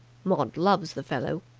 maud loves the fellow.